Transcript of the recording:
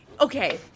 okay